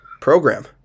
program